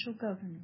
government